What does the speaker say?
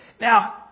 Now